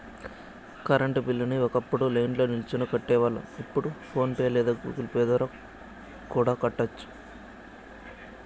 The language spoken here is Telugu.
కరెంటు బిల్లుని ఒకప్పుడు లైన్ల్నో నిల్చొని కట్టేవాళ్ళం, ఇప్పుడు ఫోన్ పే లేదా గుగుల్ పే ద్వారా కూడా కట్టొచ్చు